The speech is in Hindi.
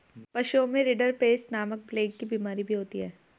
पशुओं में रिंडरपेस्ट नामक प्लेग की बिमारी भी होती है